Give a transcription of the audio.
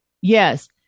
Yes